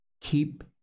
Keep